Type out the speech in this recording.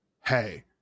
hey